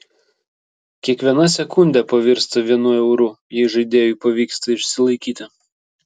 kiekviena sekundė pavirsta vienu euru jei žaidėjui pavyksta išsilaikyti